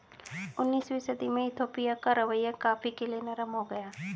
उन्नीसवीं सदी में इथोपिया का रवैया कॉफ़ी के लिए नरम हो गया